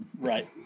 right